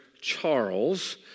Charles